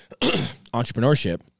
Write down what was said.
entrepreneurship